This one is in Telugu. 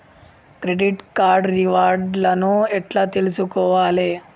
క్రెడిట్ కార్డు రివార్డ్ లను ఎట్ల తెలుసుకోవాలే?